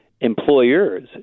employers